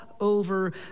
over